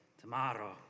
tomorrow